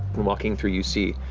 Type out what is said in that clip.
walking through, you see,